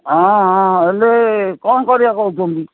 ହଁ ହଁ ହେଲେ କ'ଣ କରିବା କହୁଛନ୍ତି